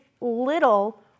little